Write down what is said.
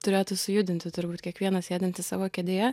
turėtų sujudinti turbūt kiekvieną sėdintį savo kėdėje